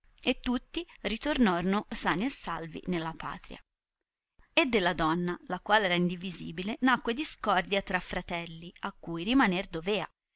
e tutti ritornorono sani e salvi nella patria e della donna la qual era indivisibile nacque discordia tra lor fratelli a cui rimaner devea